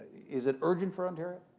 is it urgent for ontario?